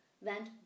went